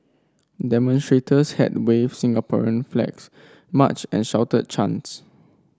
demonstrators had waved Singaporean flags marched and shouted chants